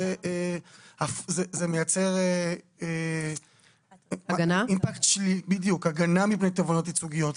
זה מייצר הגנה מפני תובענות ייצוגיות.